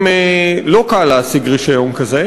לא קל להשיג רישיון כזה,